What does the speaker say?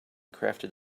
crafted